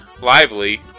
Lively